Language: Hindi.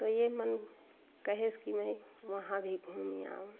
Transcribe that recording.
तो ये मन कहे कि मैं वहाँ भी घूमी आओ